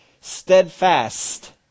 steadfast